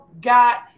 got